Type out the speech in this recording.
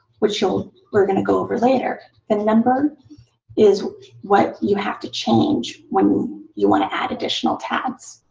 which so we're going to go over later, the number is what you have to change when you want to add additional tabs.